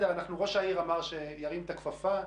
ראש העיר אמר שהוא מרים את הכפפה.